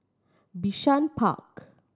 Bishan Park